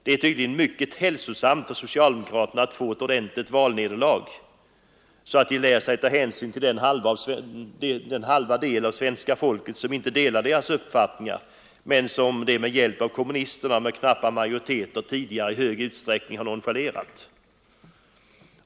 Det är tydligen mycket hälsosamt för socialdemokraterna att få ett ordentligt valnederlag så att de lär sig att ta hänsyn till den hälft av svenska folket som inte delar deras uppfattningar men som socialdemokraterna med hjälp av kommunisterna med knapp majoritet tidigare i stor utsträckning har nonchalerat.